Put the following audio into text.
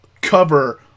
Cover